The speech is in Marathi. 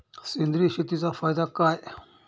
सेंद्रिय शेतीचा फायदा काय?